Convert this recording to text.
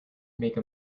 make